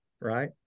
right